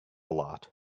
lot